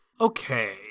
Okay